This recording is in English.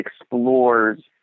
explores